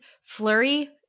Flurry